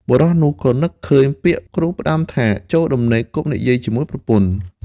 បុរសនោះក៏នឹកឃើញពាក្យគ្រូផ្ដាំថា "ចូលដំណេកកុំនិយាយជាមួយប្រពន្ធ"។